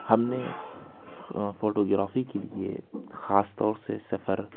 ہم نے فوٹوگرافی کے لیے خاص طور سے سفر